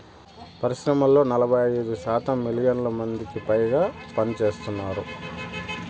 పరిశ్రమల్లో నలభై ఐదు శాతం మిలియన్ల మందికిపైగా పనిచేస్తున్నారు